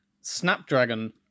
Snapdragon